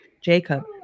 Jacob